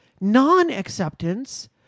non-acceptance